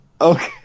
Okay